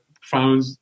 found